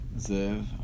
Zev